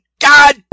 God